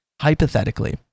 hypothetically